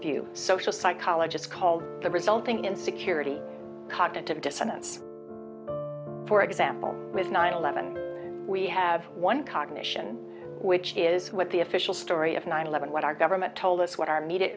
view social psychologists call the resulting in security cognitive dissonance for example with nine eleven we have one cognition which is what the official story of nine eleven what our government told us what our media